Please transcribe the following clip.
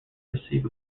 receive